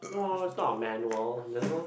no it's not a manual there's no